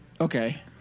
Okay